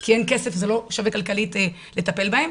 כי אין כסף זה לא שווה כלכלית לטפל בהם.